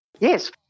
Yes